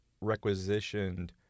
requisitioned